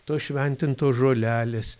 tos šventintos žolelės